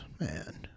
man